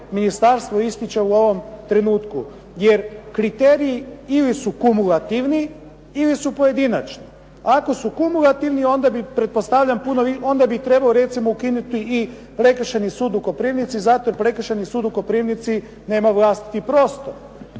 ministarstvo ističe u ovom trenutku, jer kriteriji ili su kumulativni ili su pojedinačni. Ako su kumulativni onda bi pretpostavljam puno, onda bi trebalo recimo ukinuti i prekršajni sud u Koprivnici zato jer prekršajni sud u Koprivnici nema vlastiti prostor.